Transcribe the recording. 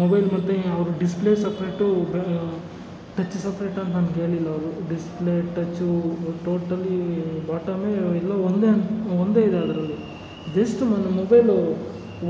mobile ಮತ್ತು ಅವರು display separate touch ಸಪ್ರೇಟಂತ ನನಗೇಳಿಲ್ಲ ಅವರು ಡಿಸ್ಪ್ಲೇ ಟಚ್ಚು ಒ ಟೋಟಲಿ ಬಾಟಮ್ಮೆ ಎಲ್ಲ ಒಂದೇ ಅನ್ ಒಂದೇ ಇದೆ ಅದರಲ್ಲಿ ಜೆಸ್ಟ್ ನಾನು ಮೊಬೈಲು